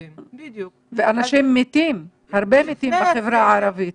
ואנשים מתים, הרבה מתים בחברה הערבית.